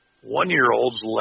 one-year-olds